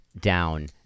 down